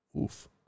Oof